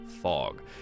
fog